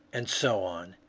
and so on,